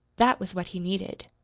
that was what he needed.